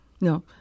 No